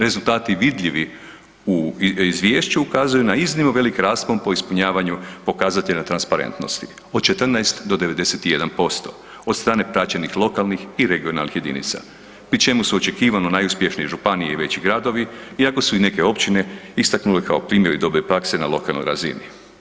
Rezultati vidljivi u izvješću ukazuju na iznimno velik raspon po ispunjavanju pokazatelja transparentnosti od 14 do 91% od strane praćenih lokalnih i regionalnih jedinica pri čemu su očekivano najuspješnije županije i veći gradovi iako su se i neke općine istaknule kao primjeri dobre prakse na lokalnoj razini.